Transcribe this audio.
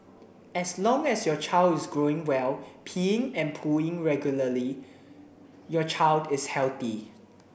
as long as your child is growing well peeing and pooing regularly your child is healthy